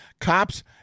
cops